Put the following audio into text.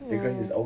mm